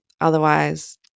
Otherwise